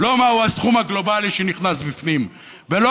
לא מהו הסכום הגלובלי שנכנס בפנים ולא